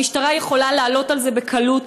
המשטרה יכולה לעלות על זה בקלות,